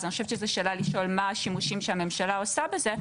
אז אני חושבת שזו שאלה לשאול מה הם השימושים שהממשלה עושה בזה,